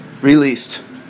released